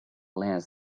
less